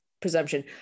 presumption